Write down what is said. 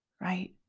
right